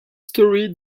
story